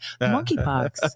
Monkeypox